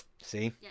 See